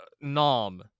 Nom